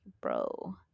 bro